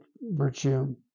virtue